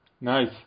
nice